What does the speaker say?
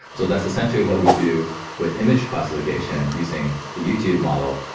so that's essentially what we do with image classification using the youtube model,